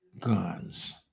guns